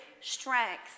strength